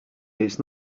it’s